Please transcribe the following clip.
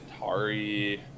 Atari